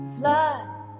fly